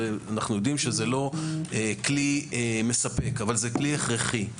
אנחנו יודעים שזה לא כלי מספק, אבל זה כלי הכרחי.